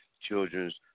children's